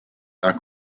are